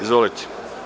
Izvolite.